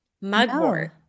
Mugwort